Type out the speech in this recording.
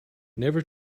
never